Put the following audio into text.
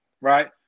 right